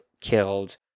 killed